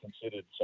considered